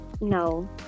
No